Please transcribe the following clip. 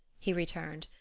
he returned,